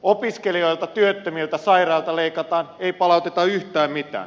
opiskelijoilta työttömiltä sairailta leikataan ei palauteta yhtään mitään